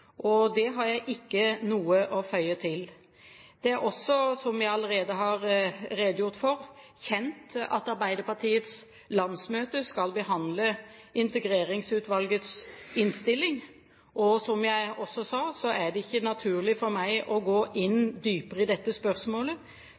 sagt. Der har jeg ikke noe å føye til. Det er også, som jeg allerede har redegjort for, kjent at Arbeiderpartiets landsmøte skal behandle Integreringsutvalgets innstilling. Og som jeg også sa, er det ikke naturlig for meg å gå dypere inn